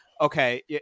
okay